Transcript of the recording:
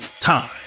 time